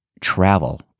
travel